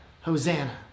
Hosanna